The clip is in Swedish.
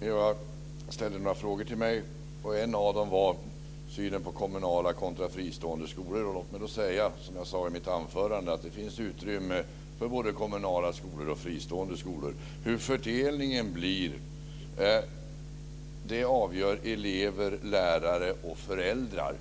Fru talman! Eva Johansson ställde några frågor till mig, och en av dem gällde synen på kommunala kontra fristående skolor. Låt mig då säga, som jag sade i mitt anförande, att det finns utrymme för både kommunala skolor och fristående skolor. Hur fördelningen blir avgör elever, lärare och föräldrar.